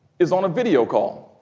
is on a video call.